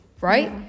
right